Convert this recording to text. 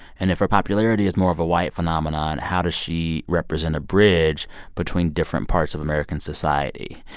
and if her popularity is more of a white phenomenon, how does she represent a bridge between different parts of american society?